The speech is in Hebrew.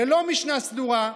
ללא משנה סדורה,